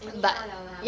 anyhow liao lah